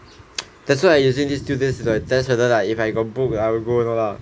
that's why I using this two days to like test like whether if I got book I will go or not lah